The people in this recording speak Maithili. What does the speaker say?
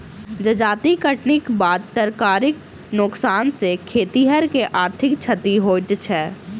जजाति कटनीक बाद तरकारीक नोकसान सॅ खेतिहर के आर्थिक क्षति होइत छै